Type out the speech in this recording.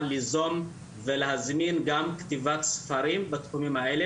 ליזום ולהזמין גם כתיבת ספרים בתחומים האלה,